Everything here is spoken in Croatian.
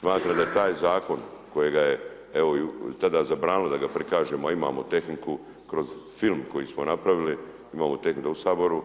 Smatram da taj Zakona kojega je, evo, tada zabranili da ga prikažemo, a imamo tehniku kroz film koji smo napravili, imamo tehniku u Saboru,